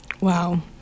Wow